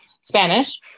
Spanish